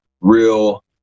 real